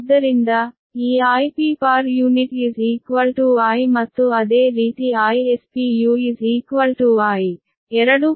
ಆದ್ದರಿಂದ ಈ Ip I ಮತ್ತು ಅದೇ ರೀತಿ Is I ಎರಡೂ ಪರ್ ಯೂನಿಟ್ ಗೆ ಬದಲಿಯಾಗಿವೆ